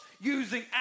using